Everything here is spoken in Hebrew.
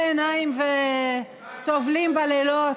ראיתי אתכם טרוטי עיניים וסובלים בלילות.